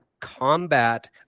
combat